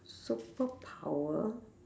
superpower